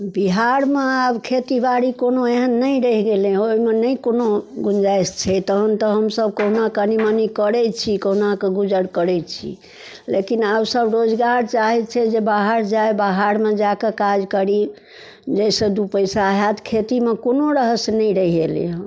बिहारमे आब खेती बारी कोनो एहन नहि रहि गेलै हँ ओहिमे नहि कोनो गुंजाइश छै तहन तऽ हमसब कहुना कनी मनी करैत छी कहुनाके गुजर करैत छी लेकिन आब सब रोजगार चाहैत छै जे बाहर जाइ बाहरमे जाकऽ काज करी जाहिसँ दू पैसा होयत खेतीमे कोनो रहस्य नहि रहि गेलै हँ